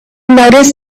noticed